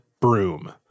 broom